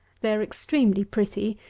they are extremely pretty,